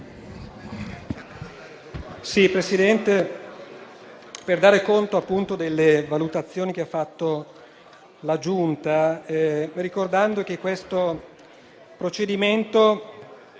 intervengo per dare conto delle valutazioni che ha fatto la Giunta, ricordando che questo procedimento